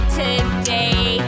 today